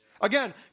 Again